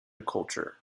culture